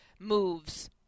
moves